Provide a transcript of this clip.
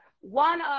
one